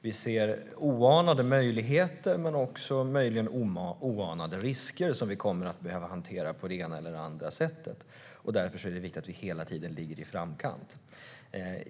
Vi ser oanade möjligheter men också möjligen oanade risker som vi kommer att behöva hantera på det ena eller det andra sättet. Därför är det viktigt att vi hela tiden ligger i framkant.